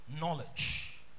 knowledge